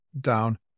down